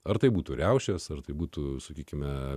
ar tai būtų riaušės ar tai būtų sakykime